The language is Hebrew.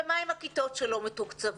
ומה עם הכיתות שלא מתוקצבות?